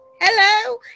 Hello